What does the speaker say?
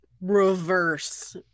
reverse